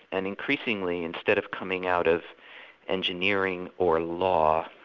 and increasingly instead of coming out as engineering or law,